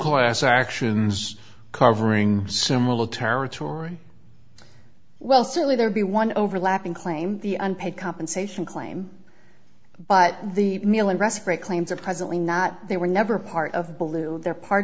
class actions covering similar territory well certainly there be one overlapping claim the unpaid compensation claim but the meal and respray claims are presently not they were never part of blue they're part